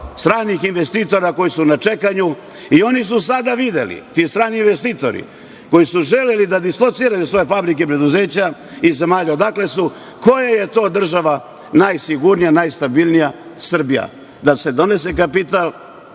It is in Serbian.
stranih investitora koji su na čekanju. I oni su sada videli, ti strani investitori, koji su želeli da dislociraju svoje fabrike i preduzeća iz zemalja odakle su, koja je to država najsigurnija, najstabilnija – Srbija, da se donese kapital